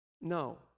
No